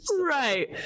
right